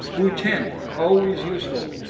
bui tin, always useful,